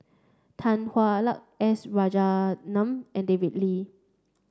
Tan Hwa Luck S Rajaratnam and David Lee